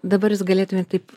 dabar jūs galėtumėt taip